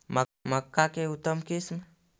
मक्का के उतम किस्म?